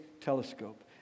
Telescope